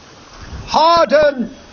harden